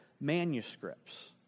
manuscripts